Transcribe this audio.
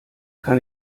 kann